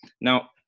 Now